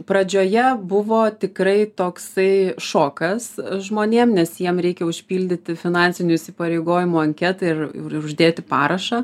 pradžioje buvo tikrai toksai šokas žmonėm nes jiem reikia užpildyti finansinių įsipareigojimų anketą ir uždėti parašą